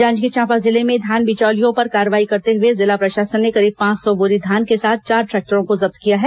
जांजगीर चांपा जिले में धान बिचौलियों पर कार्रवाई करते हुए जिला प्रशासन ने करीब पांच सौ बोरी धान के साथ चार ट्रैक्टरों को जब्त किया है